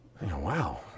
Wow